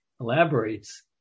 elaborates